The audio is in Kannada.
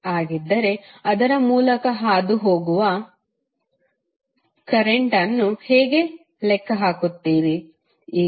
ಆಗಿದ್ದರೆ ಅದರ ಮೂಲಕ ಹಾದುಹೋಗುವ ಕರೆಂಟ್ ಅನ್ನು ಹೇಗೆ ಲೆಕ್ಕ ಹಾಕುತ್ತೀರಿ